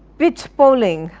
pitchpoling,